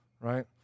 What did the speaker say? right